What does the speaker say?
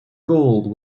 gold